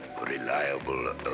reliable